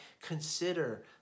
consider